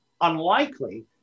unlikely